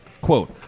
Quote